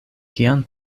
kian